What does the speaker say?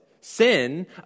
sin